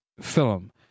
film